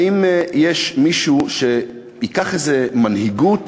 האם יש מישהו שייקח איזה מנהיגות